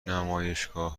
نمایشگاه